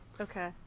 Okay